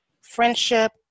friendship